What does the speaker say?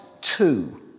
two